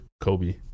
Kobe